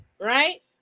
Right